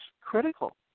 critical